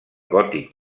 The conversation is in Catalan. gòtic